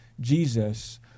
Jesus